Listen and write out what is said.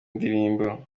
ndirimbo